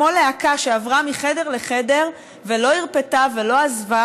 כמו להקה, שעברה מחדר לחדר ולא הרפתה ולא עזבה,